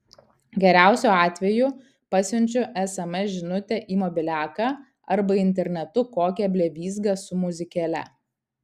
geriausiu atveju pasiunčiu sms žinutę į mobiliaką arba internetu kokią blevyzgą su muzikėle